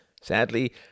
sadly